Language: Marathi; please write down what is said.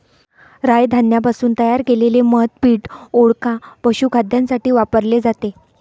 राय धान्यापासून तयार केलेले मद्य पीठ, वोडका, पशुखाद्यासाठी वापरले जाते